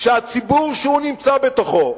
שהציבור שהוא נמצא בתוכו,